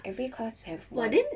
every class have one